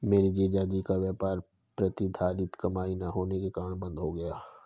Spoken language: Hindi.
मेरे जीजा जी का व्यापार प्रतिधरित कमाई ना होने के कारण बंद हो गया